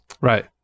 Right